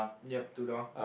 yup two door